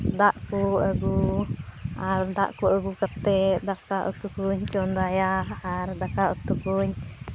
ᱫᱟᱜ ᱠᱚ ᱟᱹᱜᱩ ᱟᱨ ᱫᱟᱜ ᱠᱚ ᱟᱹᱜᱩ ᱠᱟᱛᱮᱫ ᱫᱟᱠᱟ ᱩᱛᱩ ᱠᱚᱧ ᱪᱚᱸᱫᱟᱭᱟ ᱟᱨ ᱫᱟᱠᱟ ᱩᱛᱩ ᱠᱚᱧ